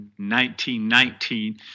1919